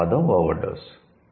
ఆ పదం 'over dose'